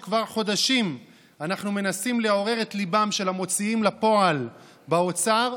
וכבר חודשים אנחנו מנסים לעורר את ליבם של המוציאים לפועל באוצר,